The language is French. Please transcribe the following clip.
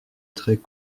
très